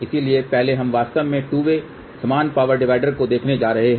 इसलिए पहले हम वास्तव में टू वे समान पावर डिवाइडर को देखने जा रहे हैं